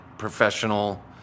professional